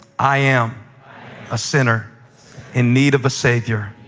i am a sinner in need of a savior,